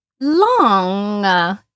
long